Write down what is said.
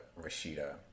Rashida